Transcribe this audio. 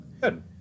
good